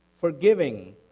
forgiving